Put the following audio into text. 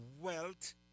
wealth